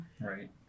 Right